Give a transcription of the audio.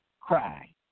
cry